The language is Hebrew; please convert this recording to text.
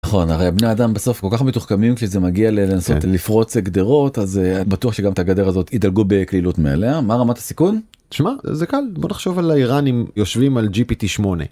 נכון, הרי בני אדם בסוף כל כך מתוחכמים כשזה מגיע ללנסות לפרוץ גדרות, אז בטוח שגם את הגדר הזאת יידלגו בקלילות מעליה, מה רמת הסיכון? תשמע, זה קל, בוא נחשוב על האיראנים יושבים על gpt 8.